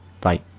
Bye